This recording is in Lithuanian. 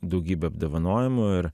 daugybę apdovanojimų ir